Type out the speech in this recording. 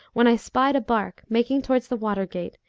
when i spied a barque making towards the water gate,